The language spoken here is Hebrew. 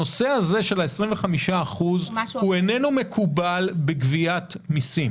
הנושא הזה של 25% איננו מקובל בגביית מיסים.